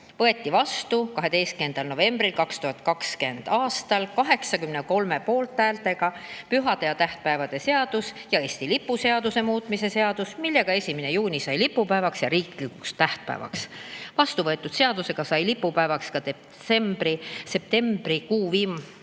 võeti 12. novembril 2020. aastal 83 poolthäälega vastu pühade ja tähtpäevade seaduse ja Eesti lipu seaduse muutmise seadus, millega 1. juuni sai lipupäevaks ja riiklikuks tähtpäevaks. Vastuvõetud seadusega sai lipupäevaks ka septembrikuu teine